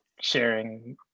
sharing